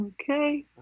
Okay